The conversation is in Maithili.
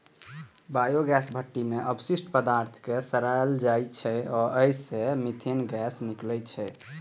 बायोगैस भट्ठी मे अवशिष्ट पदार्थ कें सड़ाएल जाइ छै आ अय सं मीथेन गैस निकलै छै